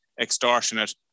extortionate